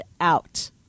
out